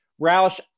Roush